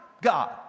God